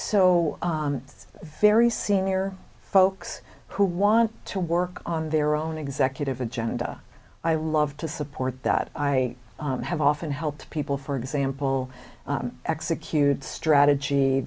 so very senior folks who want to work on their own executive agenda i love to support that i have often helped people for example executed strategy